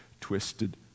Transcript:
Twisted